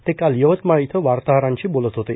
ते काल यवतमाळ इथं वार्ताहरांशी बोलत होते